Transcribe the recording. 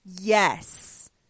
Yes